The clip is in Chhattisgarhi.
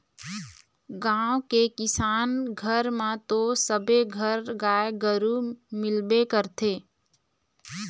गाँव के किसान घर म तो सबे घर गाय गरु मिलबे करथे